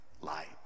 light